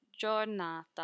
giornata